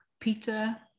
Peter